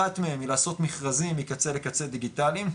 אחת מהן היא לעשות מכרזים מקצה לקצה דיגיטליים,